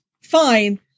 fine